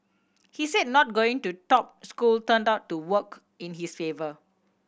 he said not going to top school turned out to work in his favour